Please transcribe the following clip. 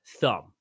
thumb